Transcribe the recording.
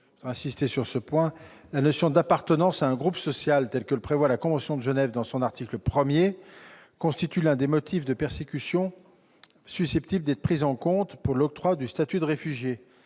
La notion d'appartenance à un groupe social, tel que la prévoit la convention de Genève en son article 1, constitue l'un des motifs de persécution susceptibles d'être pris en compte pour l'octroi du statut de réfugié.